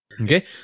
okay